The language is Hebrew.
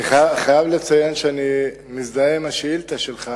אני חייב לציין שאני מזדהה עם השאילתא שלך,